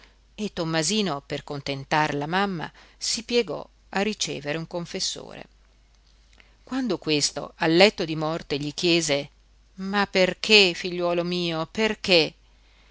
e tommasino per contentar la mamma si piegò a ricevere un confessore quando questo al letto di morte gli chiese ma perché figliuolo mio perché